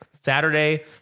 Saturday